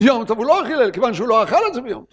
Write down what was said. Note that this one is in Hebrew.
יום טוב הוא לא אוכל אלה, כיוון שהוא לא אכל את זה ביום.